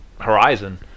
Horizon